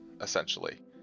essentially